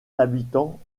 habitants